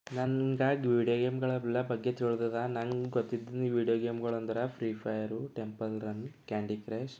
ನನಗೆ ವಿಡ್ಯೊ ಗೇಮ್ಗಳೆಲ್ಲ ಬಗ್ಗೆ ತಿಳಿದಿದೆ ನನಗೆ ಗೊತ್ತಿದ್ದ ವಿಡ್ಯೊ ಗೇಮ್ಗಳಂದ್ರೆ free fire temple run candy crush